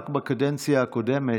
רק בקדנציה הקודמת,